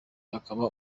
akaba